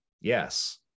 Yes